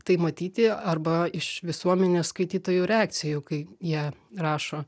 tai matyti arba iš visuomenės skaitytojų reakcijų kai jie rašo